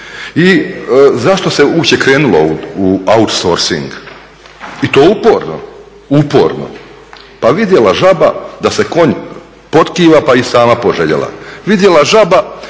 I zašto se uopće krenulo u outsourcing? I to uporno, pa vidjela žaba da se konj potkiva pa i sama poželjela. Vidjela žaba